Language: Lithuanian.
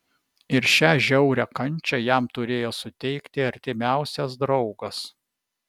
ir šią žiaurią kančią jam turėjo suteikti artimiausias draugas